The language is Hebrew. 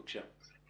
בבקשה.